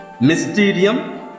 Mysterium